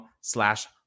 slash